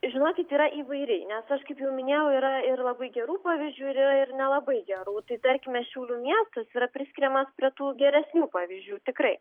žinokit yra įvairiai nes kaip jau minėjau yra ir labai gerų pavyzdžių yra ir nelabai gerų tai tarkime šiaulių miestas yra priskiriamas prie tų geresnių pavyzdžių tikrai